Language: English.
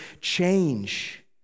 change